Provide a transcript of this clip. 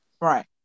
Right